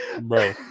Bro